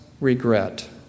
regret